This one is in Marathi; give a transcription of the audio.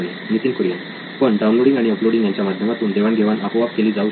नितीन कुरियन पण डाउनलोडिंग आणि अपलोडिंग यांच्या माध्यमातून देवाणघेवाण आपोआप केली जाऊ शकते